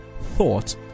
thought